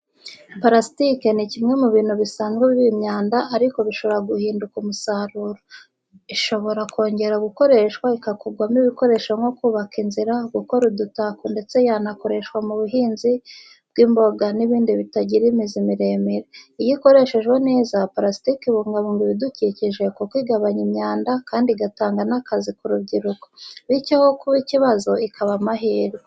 Parasitike ni kimwe mu bintu bisanzwe biba imyanda ariko bishobora guhinduka umusaruro. Ishobora kongera gukoreshwa igakorwamo ibikoresho nko kubaka inzira, gukora udutako ndetse yanakoreshwa mu buhinzi mu buhinzi bw’imboga n’ibindi bitagira imizi miremire. Iyo ikoreshejwe neza, parasitike ibungabunga ibidukikije kuko igabanya imyanda, kandi igatanga n’akazi ku rubyiruko. Bityo aho kuba ikibazo, ikaba amahirwe.